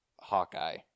Hawkeye